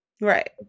Right